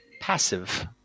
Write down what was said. passive